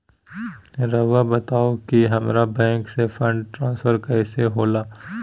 राउआ बताओ कि हामारा बैंक से फंड ट्रांसफर कैसे होला?